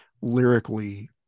lyrically